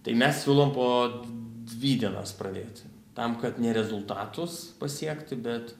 tai mes siūlom po dvi dienas pradėti tam kad ne rezultatus pasiekti bet